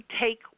take